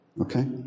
Okay